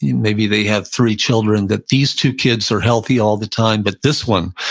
yeah maybe they have three children, that these two kids are healthy all the time, but this one,